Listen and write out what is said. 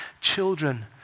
children